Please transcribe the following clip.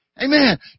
Amen